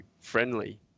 friendly